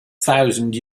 thousand